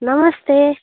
नमस्ते